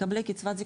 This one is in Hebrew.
מקבלי קצבת זקנה.